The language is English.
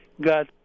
God